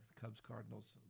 Cubs-Cardinals